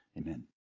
amen